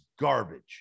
garbage